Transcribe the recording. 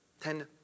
Ten